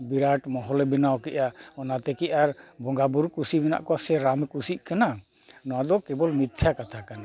ᱵᱤᱨᱟᱴ ᱢᱚᱦᱚᱞᱮ ᱵᱮᱱᱟᱣ ᱠᱮᱜᱼᱟ ᱚᱱᱟ ᱛᱮᱠᱤ ᱟᱨ ᱵᱚᱸᱜᱟ ᱵᱩᱨᱩ ᱠᱩᱥᱤ ᱢᱮᱱᱟᱜ ᱠᱚᱣᱟ ᱥᱮ ᱨᱟᱢᱮ ᱠᱩᱥᱤᱜ ᱠᱟᱱᱟ ᱱᱚᱣᱟᱫᱚ ᱠᱮᱵᱚᱞ ᱢᱤᱛᱛᱷᱟ ᱠᱟᱛᱷᱟ ᱠᱟᱱᱟ